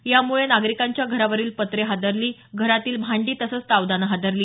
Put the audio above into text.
यामुळे नागरिकांच्या घरावरील पत्रे हादरले घरातील भांडी तसंच तावदाने हादरली